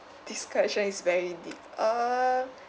this question is very deep uh